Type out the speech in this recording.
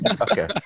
okay